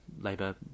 Labour